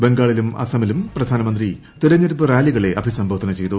ബംഗാളിലും അസമിലും പ്രധാനമന്ത്രി തെരഞ്ഞെടുപ്പ് റാലികളെ അഭിസംബോധന ചെയ്തു